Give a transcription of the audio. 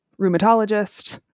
rheumatologist